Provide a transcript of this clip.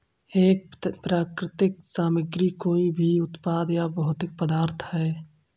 एक प्राकृतिक सामग्री कोई भी उत्पाद या भौतिक पदार्थ है